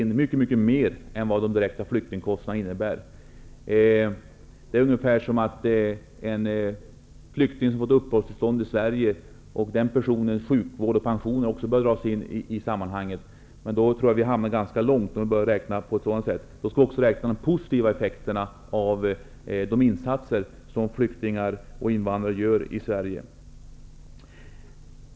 Men då räknar han in mycket mer än de direkta flyktingkostnaderna. Det är ungefär som att räkna in kostnaderna för sjukvård och pension för en flykting som har fått uppehållstillstånd i Sverige. Om man räknar på ett sådant sätt, tror jag att man hamnar ganska snett. Man måste också räkna de positiva effekterna av de insatser som flyktingar och invandrare gör i Sverige.